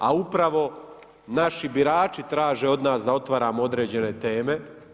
A upravo naši birači traže od nas da otvaramo određene teme.